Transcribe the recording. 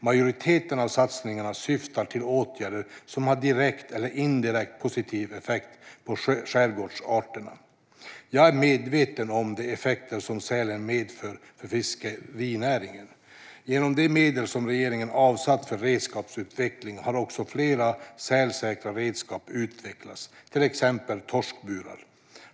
Majoriteten av satsningen syftar till åtgärder som har direkt eller indirekt positiv effekt på skärgårdsarterna. Jag är medveten om de effekter som sälen medför för fiskerinäringen. Genom de medel som regeringen avsatt för redskapsutveckling har också flera sälsäkra redskap utvecklats, till exempel torskburar.